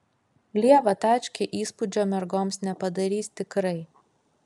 lieva tačkė įspūdžio mergoms nepadarys tikrai